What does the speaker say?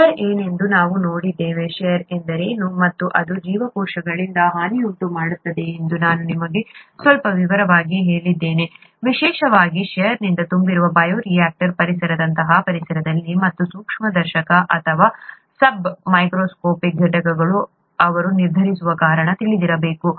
share ಏನೆಂದು ನಾವು ನೋಡಿದ್ದೇವೆ ಷೇರ್ ಎಂದರೇನು ಮತ್ತು ಅದು ಜೀವಕೋಶಗಳಿಗೆ ಹಾನಿಯನ್ನುಂಟುಮಾಡುತ್ತದೆ ಎಂದು ನಾನು ನಿಮಗೆ ಸ್ವಲ್ಪ ವಿವರವಾಗಿ ಹೇಳಿದ್ದೇನೆ ವಿಶೇಷವಾಗಿ ಷೇರ್ನಿಂದ ತುಂಬಿರುವ ಬಯೋರಿಯಾಕ್ಟರ್ ಪರಿಸರದಂತಹ ಪರಿಸರದಲ್ಲಿ ಮತ್ತು ಸೂಕ್ಷ್ಮದರ್ಶಕ ಅಥವಾ ಸಬ್ ಮೈಕೋಸ್ಕೋಪಿಕ್ ಘಟಕಗಳನ್ನು ಅವರು ನಿರ್ಧರಿಸುವ ಕಾರಣ ತಿಳಿದಿರಬೇಕು